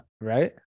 right